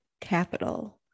capital